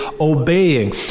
obeying